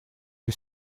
для